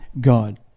god